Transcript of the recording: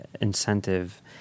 incentive